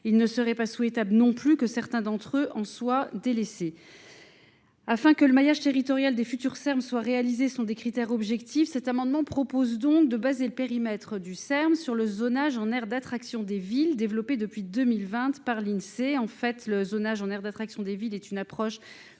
il ne serait pas souhaitable non plus que certains d'entre eux en soient délaissés afin que le maillage territorial des futurs termes soit réalisé sur des critères sur des critères objectifs cet amendement propose donc de baser le périmètre du e m sur le zonage en aire d'attraction des villes développé depuis deux mille vingt par l'insee en fait le zonage en aire d'attraction des villes est une approche